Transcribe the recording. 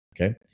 Okay